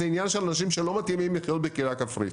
זה עניין של אנשים שלא מתאימים לחיות בקהילה כפרית.